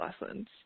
lessons